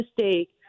mistake